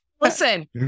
Listen